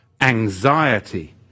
Anxiety